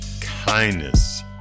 kindness